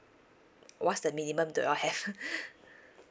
what's the minimum do you have